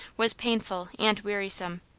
was painful and wearisome.